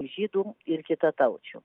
žydų ir kitataučių